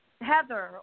Heather